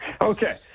Okay